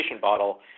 bottle